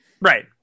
right